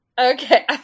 Okay